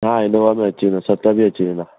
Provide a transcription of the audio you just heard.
हा इनोवा में अची वेंदो सत बि अची वेंदा